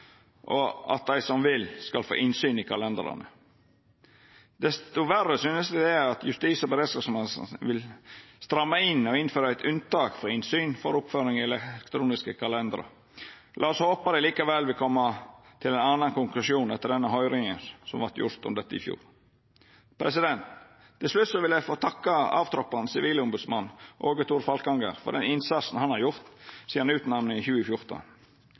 at dei som vil, skal få innsyn i kalendrane. Desto verre synest eg det er at justis- og beredskapsministeren vil stramma inn og innføra eit unntak for innsyn for oppføring i elektroniske kalendrar. La oss håpa at ein likevel vil koma til ein annan konklusjon etter høyringa om dette, som vart halden i fjor. Til slutt vil eg få takka avtroppande sivilombodsmann, Aage Thor Falkanger, for den innsatsen han har gjort sidan utnemninga i 2014.